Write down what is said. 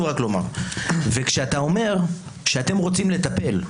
כשאתה אומר שאתם רוצים לטפל,